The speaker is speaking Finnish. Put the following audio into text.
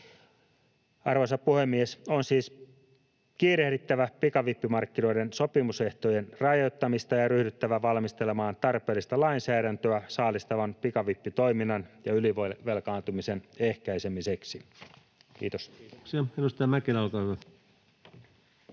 Arvoisa puhemies! On siis kiirehdittävä pikavippimarkkinoiden sopimusehtojen rajoittamista ja ryhdyttävä valmistelemaan tarpeellista lainsäädäntöä saalistavan pikavippitoiminnan ja ylivelkaantumisen ehkäisemiseksi. — Kiitos. [Speech 198] Speaker: